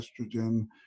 estrogen